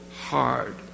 hard